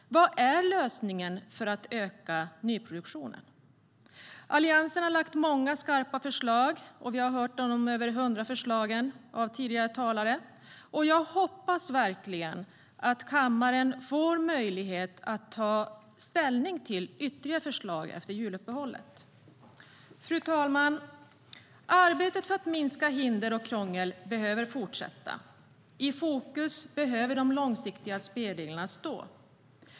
Vad är till exempel lösningen för att öka nyproduktionen? Fru talman! Arbetet för att minska hinder och krångel behöver fortsätta. I fokus behöver de långsiktiga spelreglerna stå.